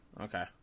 okay